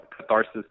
catharsis